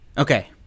Okay